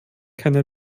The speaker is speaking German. keine